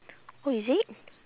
oh is it